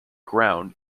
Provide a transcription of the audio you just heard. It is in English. ground